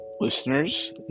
listeners